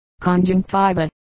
conjunctiva